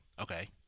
okay